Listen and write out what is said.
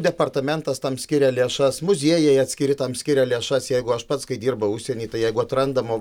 departamentas tam skiria lėšas muziejai atskiri tam skiria lėšas jeigu aš pats kai dirbau užsieny tai jeigu atrandama